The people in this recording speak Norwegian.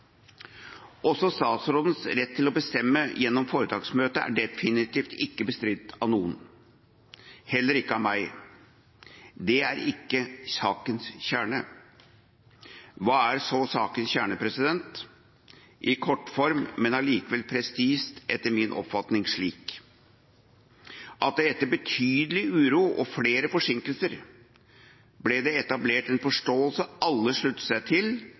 Statsrådens rett til å bestemme gjennom foretaksmøte er definitivt ikke bestridt av noen, heller ikke av meg. Det er ikke sakens kjerne. Hva er så sakens kjerne? I kortform, men allikevel presist, er det etter min oppfatning slik: Etter betydelig uro og flere forsinkelser ble det etablert en forståelse alle sluttet seg til,